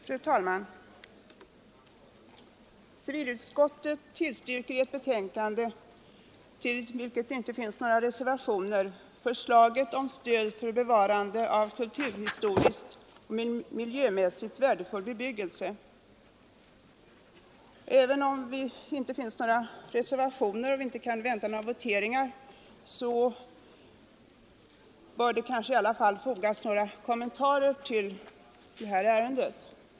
Fru talman! Civilutskottet tillstyrker i ett betänkande, till vilket inte avgivits några reservationer, förslaget om stöd för bevarande av kulturhistoriskt och miljömässigt värdefull bebyggelse. Även om vi alltså inte kan vänta några voteringar i ärendet, så bör i alla fall några kommentarer fogas till det.